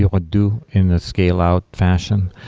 you would do in a scale out fashion.